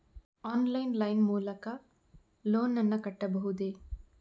Online line ಮೂಲಕ loan ನನ್ನ ಕಟ್ಟಬಹುದೇ?